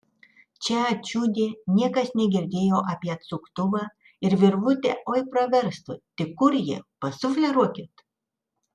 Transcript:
čia ačiūdie niekas negirdėjo apie atsuktuvą ir virvutė oi praverstų tik kur ji pasufleruokit